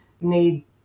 need